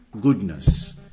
goodness